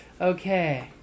Okay